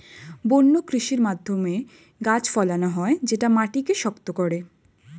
বন্য কৃষির মাধ্যমে গাছ ফলানো হয় যেটা মাটিকে শক্ত করে